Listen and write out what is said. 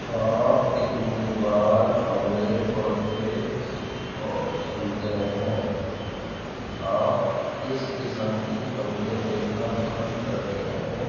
آپ کتنی بار خبریں پڑھتے اور سنتے ہیں آپ کس قسم کی خبریں دیکھنا پسند کرتے ہیں